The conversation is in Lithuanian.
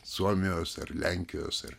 suomijos ar lenkijos ar